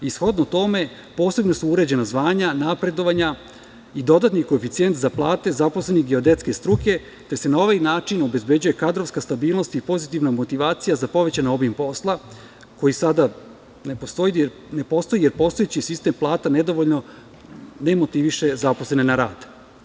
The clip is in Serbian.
Shodno tome, posebno su uređena zvanja, napredovanja i dodatni koeficijent za plate zaposlenih geodetske struke, te se na ovaj način obezbeđuje kadrovska stabilnost i pozitivna motivacija za povećan obim posla koji sada ne postoji, jer postojeći sistem plata ne motiviše dovoljno zaposlene na radu.